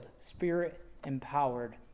spirit-empowered